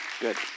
Good